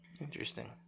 Interesting